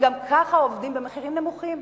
הם גם ככה עובדים במחירים נמוכים.